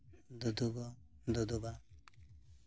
ᱫᱩᱫᱩᱜᱚ ᱫᱩᱫᱩᱵᱟ